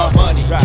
money